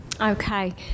okay